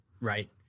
right